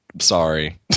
Sorry